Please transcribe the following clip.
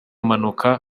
mpanuka